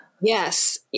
Yes